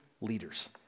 leaders